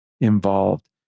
involved